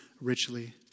richly